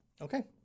Okay